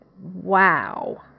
Wow